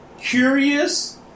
curious